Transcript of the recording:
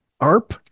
ARP